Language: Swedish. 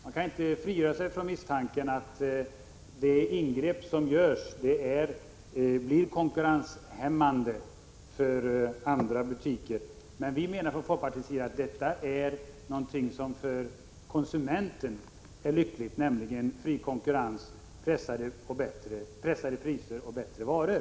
Man kan inte frigöra sig från misstanken att det ingrepp som görs blir konkurrenshämmande för andra butiker, men vi i folkpartiet anser att detta är någonting som för konsumenten är lyckligt, nämligen fri konkurrens, pressade priser och bättre varor,